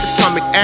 Atomic